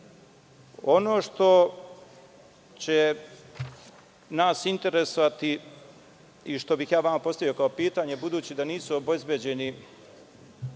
što će nas interesovati i što bih ja vama postavio pitanje, budući da nisu obezbeđeni